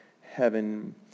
heaven